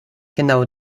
genau